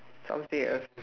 something else